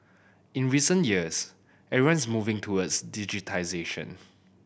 in recent years everyone is moving towards digitisation